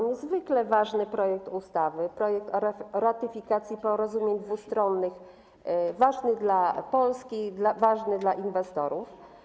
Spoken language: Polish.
Niezwykle ważny projekt ustawy, projekt o ratyfikacji porozumień dwustronnych, ważny dla Polski, ważny dla inwestorów.